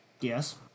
Yes